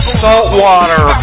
saltwater